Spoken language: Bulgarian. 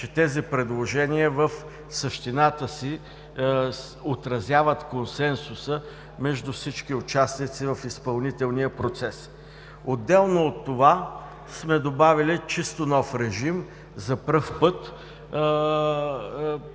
че тези предложения в същината си отразяват консенсуса между всички участници в изпълнителния процес. Отделно от това сме добавили чисто нов режим за първи път